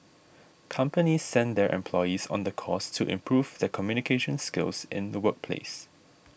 companies send their employees on the course to improve their communication skills in the workplace